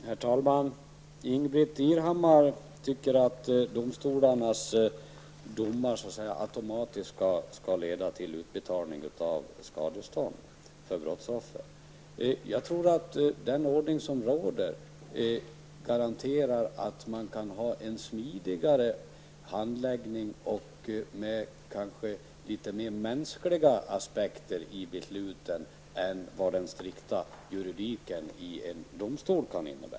Herr talman! Ingbritt Irhammar tycker att domstolarnas domar automatiskt skall leda till utbetalning av skadestånd till brottsoffer. Jag tror att den ordning som råder garanterar en smidigare handläggning med kanske mer mänskliga aspekter i besluten än vad den strikta juridiken hos en domstol kan innebära.